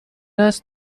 است